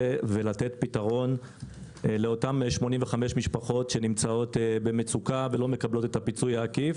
לתת פתרון לאותם 85 משפחות שנמצאות במצוקה ולא מקבלות את הפיצוי העקיף.